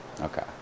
okay